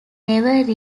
never